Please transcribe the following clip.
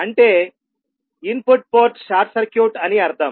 అంటే input ports short circuit అని అర్థం